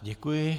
Děkuji.